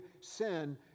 sin